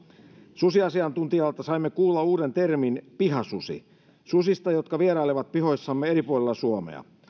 susiasiantuntijalta saimme kuulla uuden termin pihasusi susista jotka vierailevat pihoissamme eri puolilla suomea